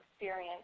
experience